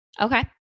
Okay